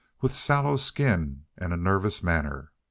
with sallow skin and a nervous manner.